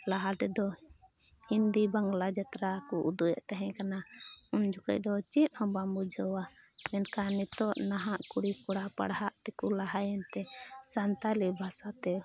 ᱞᱟᱦᱟ ᱛᱮᱫᱚ ᱦᱤᱱᱫᱤ ᱵᱟᱝᱞᱟ ᱡᱟᱛᱛᱨᱟ ᱠᱚ ᱩᱫᱩᱜᱼᱮᱫ ᱛᱟᱦᱮᱸ ᱠᱟᱱᱟ ᱩᱱ ᱡᱚᱠᱷᱚᱡ ᱫᱚ ᱪᱮᱫ ᱦᱚᱸ ᱵᱟᱢ ᱵᱩᱡᱷᱟᱹᱣᱟ ᱢᱮᱱᱠᱷᱟᱱ ᱱᱤᱛᱚᱜ ᱱᱟᱦᱟᱜ ᱠᱩᱲᱤ ᱠᱚᱲᱟ ᱯᱟᱲᱦᱟᱜ ᱛᱮᱠᱚ ᱞᱟᱦᱟᱭᱮᱱᱛᱮ ᱥᱟᱱᱛᱟᱲᱤ ᱵᱷᱟᱥᱟᱛᱮ